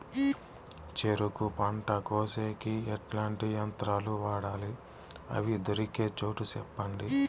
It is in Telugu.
చెరుకు పంట కోసేకి ఎట్లాంటి యంత్రాలు వాడాలి? అవి దొరికే చోటు చెప్పండి?